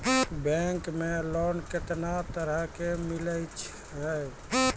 Bank मे loan कैतना तरह के मिलै छै?